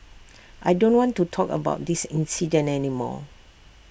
I don't want to talk about this incident any more